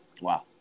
Wow